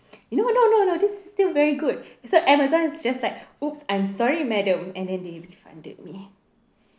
no no no no this is still very good so Amazon is just like !oops! I'm sorry madam and then they refunded me